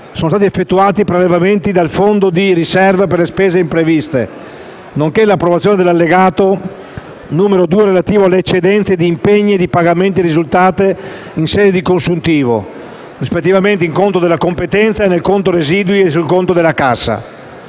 sono stati effettuati prelevamenti dal «Fondo di riserva per le spese impreviste», nonché l'approvazione dell'allegato n. 2 relativo alle eccedenze di impegni e di pagamenti risultate in sede di consuntivo, rispettivamente sul conto della competenza, sul conto dei residui e sul conto della cassa.